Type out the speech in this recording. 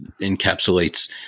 encapsulates